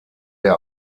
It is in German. der